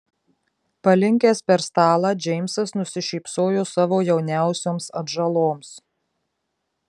palinkęs per stalą džeimsas nusišypsojo savo jauniausioms atžaloms